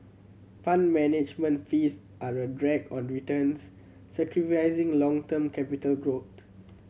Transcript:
Fund Management fees are a drag on returns sacrificing long term capital growth